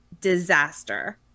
disaster